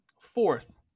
fourth